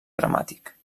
dramàtic